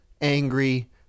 angry